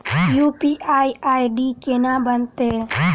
UPI ID केना बनतै?